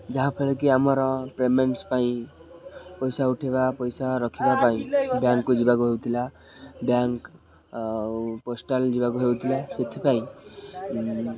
ଯାହାଫଳରେ କି ଆମର ପେମେଣ୍ଟସ୍ ପାଇଁ ପଇସା ଉଠାଇବା ପଇସା ରଖିବା ପାଇଁ ବ୍ୟାଙ୍କକୁ ଯିବାକୁ ହେଉଥିଲା ବ୍ୟାଙ୍କ ଆଉ ପୋଷ୍ଟାଲ ଯିବାକୁ ହେଉଥିଲା ସେଥିପାଇଁ